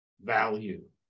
value